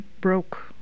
broke